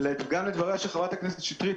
גם לדבריה של חברת הכנסת שטרית.